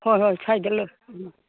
ꯍꯣꯏ ꯁꯥꯏꯗ